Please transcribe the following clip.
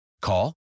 Call